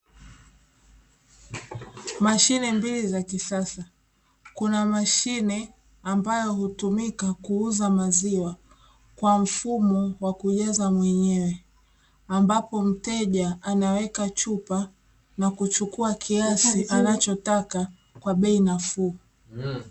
Mashine mbili za kisasa kuna mashine ambayo hutumika kuuza maziwa, kwa mfumo wa kujaza mwenyew eambapo mteja anaweka chupa, na kuchuckua kiasi anachotaka kwa bei nafuu.